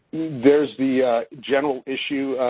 there's the general issue,